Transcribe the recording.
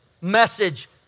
message